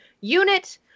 unit